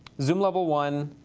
zoom level one,